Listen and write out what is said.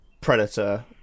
Predator